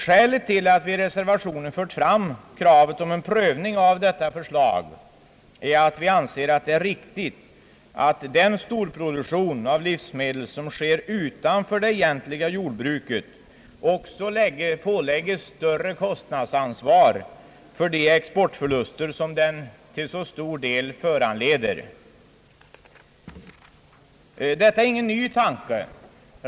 Skälet till att vi i reservationen fört fram kravet om en prövning av detta förslag är att vi anser det riktigt, att den storproduktion av livsmedel, som sker utanför det egentliga jordbruket, också pålägges ett större kostnadsansvar för de exportförluster som den till så stor del föranleder. Detta är ingen ny tanke.